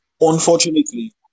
unfortunately